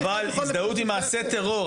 אבל הזדהות עם מעשה טרור.